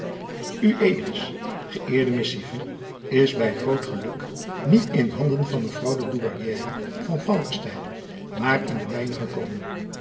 ueds geëerde missive is bij groot geluk niet in handen van mevrouw de douairière van falckestein maar in de mijne gekomen